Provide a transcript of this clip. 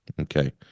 Okay